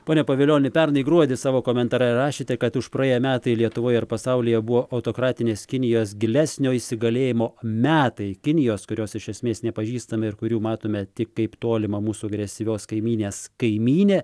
pone pavilioni pernai gruodį savo komentare rašėte kad praėję metai lietuvoje ir pasaulyje buvo autokratinės kinijos gilesnio įsigalėjimo metai kinijos kurios iš esmės nepažįstame ir kurių matome tik kaip tolimą mūsų agresyvios kaimynės kaimynę